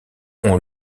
ont